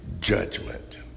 judgment